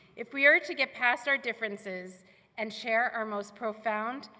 if we are to get past our differences and share our most profound,